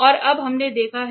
और अब हमने देखा है